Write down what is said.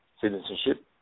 citizenship